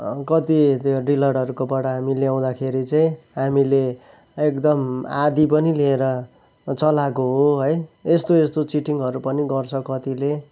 कति डिलरहरूकोबाट हामी ल्याउँदाखेरि चाहिँ हामीले एकदम आधा पनि लिएर चलाएको हो है यस्तो यस्तो चिटिङरू पनि गर्छ कतिले